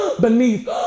beneath